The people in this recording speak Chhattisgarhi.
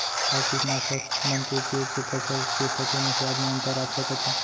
का कीटनाशक मन के उपयोग से फसल के पके म स्वाद म अंतर आप सकत हे?